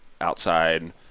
outside